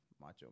Macho